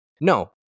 No